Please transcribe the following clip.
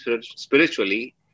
spiritually